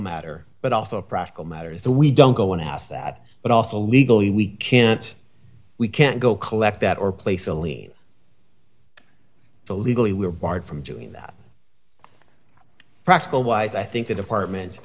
matter but also a practical matter is that we don't go and ask that but also legally we can't we can't go collect that or place a lien to legally we're barred from doing that practical wise i think the department